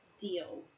deal